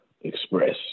express